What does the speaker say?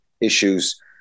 issues